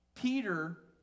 Peter